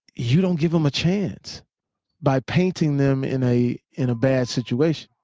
you don't give them a chance by painting them in a in a bad situation.